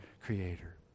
creator